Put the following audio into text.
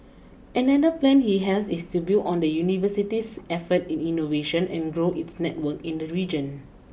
another plan he has is to build on the University's efforts in innovation and grow its networks in the region